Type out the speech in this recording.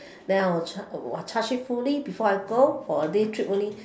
then I will charge charge it fully before I go for a day trip only